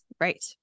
right